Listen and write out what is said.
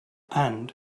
and